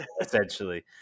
essentially